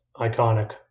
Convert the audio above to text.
Iconic